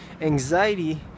anxiety